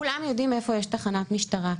כולם יודעים איפה יש תחנת משטרה.